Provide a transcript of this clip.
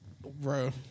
bro